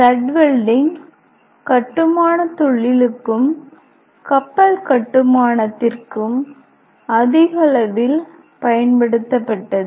stud welding கட்டுமானத் தொழிலுக்கும் கப்பல் கட்டுமானத்திற்கும் அதிகளவில் பயன்படுத்தப்பட்டது